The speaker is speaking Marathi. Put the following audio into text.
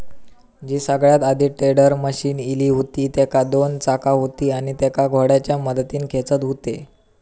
जी सगळ्यात आधी टेडर मशीन इली हुती तेका दोन चाका हुती आणि तेका घोड्याच्या मदतीन खेचत हुते